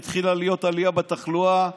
התחילה להיות עלייה בתחלואה,